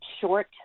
short